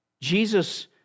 Jesus